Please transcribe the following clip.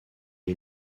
est